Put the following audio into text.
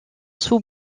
sous